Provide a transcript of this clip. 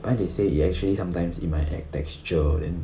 but then they say it actually sometimes it might add texture then